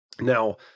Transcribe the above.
Now